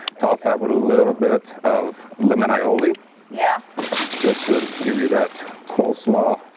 toss that with a little bit of lemon ioli yeah just to give you that coleslaw